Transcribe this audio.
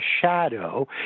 shadow